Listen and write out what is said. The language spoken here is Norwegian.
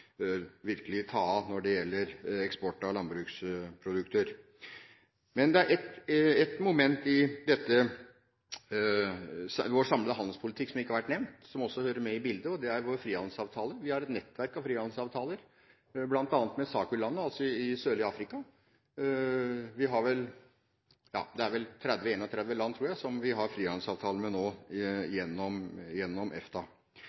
virkelig skal ta av når det gjelder eksport av landbruksprodukter. Det er ett moment i vår samlede handelspolitikk som ikke har vært nevnt, som også hører med i bildet, og det er våre frihandelsavtaler. Vi har et nettverk av frihandelsavtaler, bl.a. med SACU-landene i det sørlige Afrika. Det er vel 30–31 land, tror jeg, som vi nå har frihandelsavtale med gjennom EFTA.